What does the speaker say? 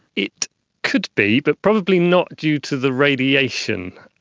it could be but probably not due to the radiation.